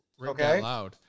okay